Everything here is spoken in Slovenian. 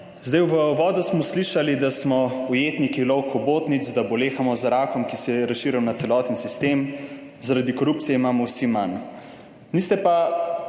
Zdaj v uvodu smo slišali, da smo ujetniki lok hobotnic, da bolehamo za rakom, ki se je razširil na celoten sistem, zaradi korupcije imamo vsi manj. Niste pa